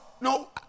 no